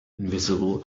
invisible